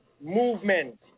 movement